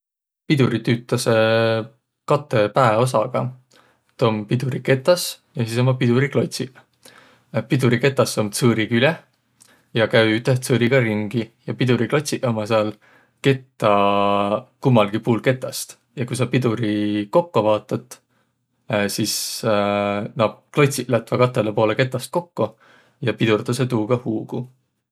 Piduriq tüütäseq katõ pääosaga, tuu om piduriketäs ja sis ummaq piduriklotsiq. Piduriketäs om tsõõri küleh ja käü üteh tsõõriga ringi, ja piduriklotsiq ummaq sääl kettä, kummalgi puul ketäst. Ja ku saq piduri kokko vaotat, sis naaq klotsiq lätväq katõlõ poolõ ketäst kokko ja pidurdasõq tuuga huugu.